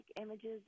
images